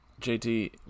JT